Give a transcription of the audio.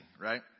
right